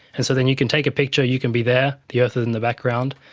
and so then you can take a picture, you can be there, the earth is in the background,